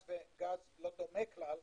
גז לא דומה כלל,